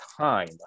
time